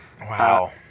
Wow